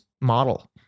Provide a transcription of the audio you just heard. model